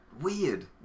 Weird